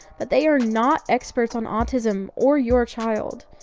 but they are not experts on autism or your child.